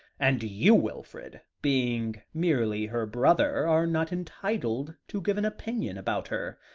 and you, wilfrid, being merely her brother, are not entitled to give an opinion about her.